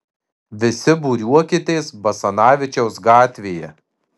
visi būriuokitės basanavičiaus gatvėje